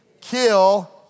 kill